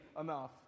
enough